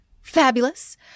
fabulous